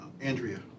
Andrea